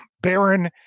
Baron